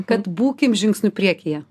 kad būkim žingsniu priekyje